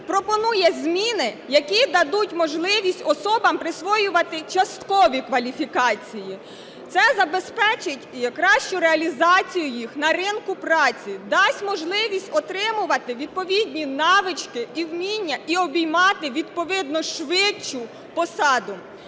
пропонує зміни, які дадуть можливість особам присвоювати часткові кваліфікації. Це забезпечить кращу реалізацію їх на ринку праці, дасть можливість отримувати відповідні навички і вміння і обіймати відповідно швидше посаду.